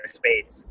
space